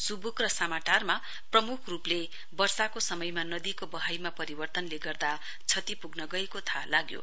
सुवुक र सामाटरमा प्रमुख रुपले वर्षाको समयमा नदीको बहाइमा परिवर्तनले गर्दा क्षति पुग्न गएको थाहा लाग्यो